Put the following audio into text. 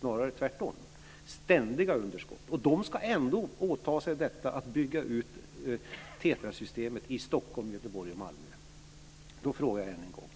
Snarare har det varit tvärtom: ständiga underskott. Ändå ska polisen åta sig att bygga ut TETRA-systemet i Stockholm, Då frågar jag än en gång: